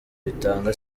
bitanga